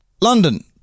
London